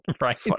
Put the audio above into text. Right